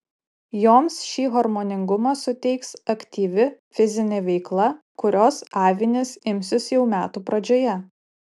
joms šį harmoningumą suteiks aktyvi fizinė veikla kurios avinės imsis jau metų pradžioje